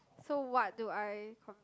so what do I con~